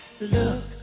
look